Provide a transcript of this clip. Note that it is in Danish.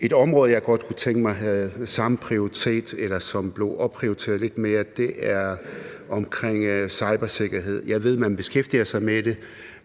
Et område, jeg godt kunne tænke mig havde samme prioritet, eller som blev opprioriteret lidt mere, er cybersikkerhed. Jeg ved, man beskæftiger sig med det,